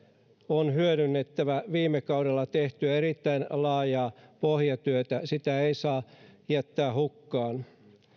on hyödynnettävä viime kaudella tehtyä erittäin laajaa pohjatyötä sitä ei saa jättää hukkaan